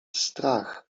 strach